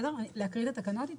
להקריא את התקנות?